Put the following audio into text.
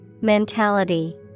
Mentality